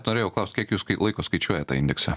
norėjau klaust kiek jūs laiko skaičiuojat tą indeksą